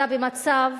אלא במצב